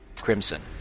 crimson